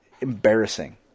embarrassing